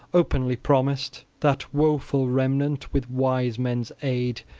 openly promised that woful remnant, with wise-men's aid,